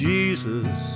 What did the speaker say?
Jesus